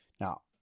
Now